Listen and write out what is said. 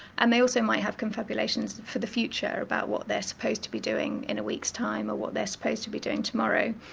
and they also might have confabulations for the future about what they're supposed to be doing in a week's time or what they're supposed to doing tomorrow.